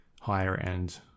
higher-end